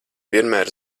vienmēr